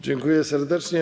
Dziękuję serdecznie.